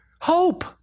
Hope